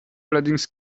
allerdings